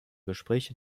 gespräche